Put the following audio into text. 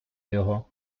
його